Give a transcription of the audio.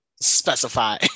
specify